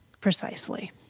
Precisely